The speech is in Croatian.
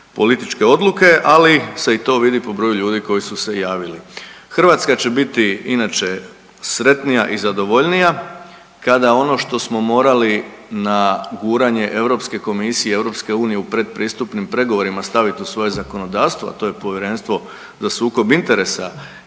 političke odluke, ali se i to vidi po broju ljudi koji su se javili. Hrvatska će biti inače sretnija i zadovoljnija kada ono što smo morali na guranje Europske komisije i EU u predpristupnim pregovorima staviti u svoje zakonodavstvo, a to je Povjerenstvo za sukob interesa